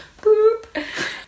Boop